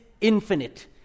infinite